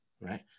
right